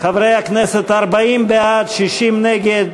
חברי הכנסת, 40 בעד, 60 נגד,